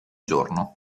giorno